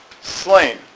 Slain